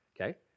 okay